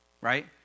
Right